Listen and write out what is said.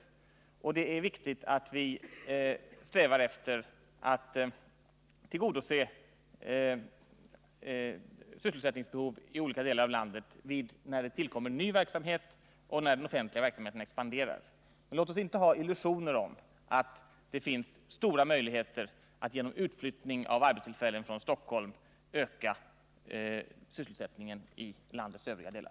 Lika viktigt är det att vi strävar efter att tillgodose sysselsättningsbehov i olika delar av landet när det tillkommer ny verksamhet och när den offentliga verksamheten expanderar. Men låt oss inte ha illusioner om att det finns stora möjligheter att genom utflyttning av arbetstillfällen från Stockholm öka sysselsättningen i landets övriga delar.